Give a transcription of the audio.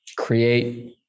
create